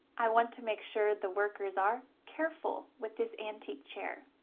i want to make sure the workers are careful with this antique chair.